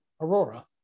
Aurora